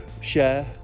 share